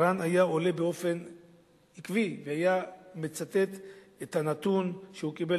רן היה עולה באופן עקבי והיה מצטט את הנתון שהוא קיבל